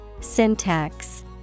Syntax